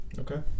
Okay